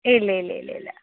ഇല്ല ഇല്ല ഇല്ല ഇല്ല